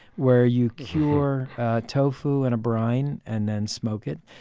where you cure tofu in a brine and then smoke it.